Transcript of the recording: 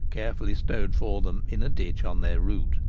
carefully stowed for them in a ditch on their route.